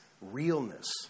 realness